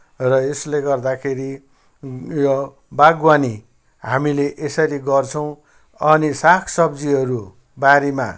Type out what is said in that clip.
र यसले गर्दाखेरि यो बागवानी हामीले यसरी गर्छौँ अनि सागसब्जीहरू बारीमा